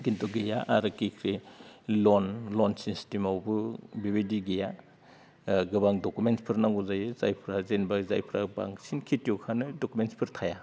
खिन्थु गैया आरो किख्रि लन लन सिस्टेमावबो बेबायदि गैया गोबां डकुमेन्टसफोर नांगौ जायो जायफ्रा जेनोबा जायफ्रा बांसिन खिथियगानो डकुमेन्टसफोर थाया